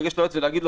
לגשת ליועץ ולומר לו,